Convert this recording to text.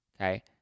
Okay